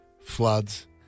floods